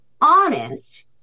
honest